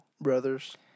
brothers